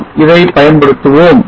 நாம் இவனை பயன்படுத்துவோம்